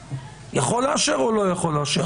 הוא יכול לאשר או לא יכול לאשר?